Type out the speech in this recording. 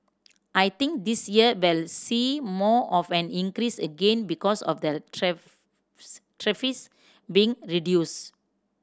I think this year we'll see more of an increase again because of the being reduced